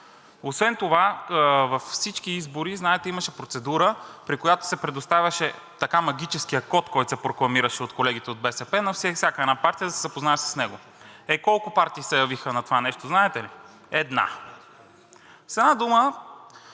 Освен това във всички избори, знаете, имаше процедура, при която се предоставяше така „магическият код“, който се прокламираше от колегите от БСП, но и всяка една партия да се запознае с него. Е, колко партии се явиха на това нещо, знаете ли? Една! С една дума,